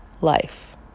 life